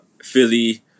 Philly